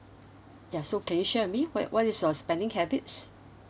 ya so can you share with me what what is your spending habits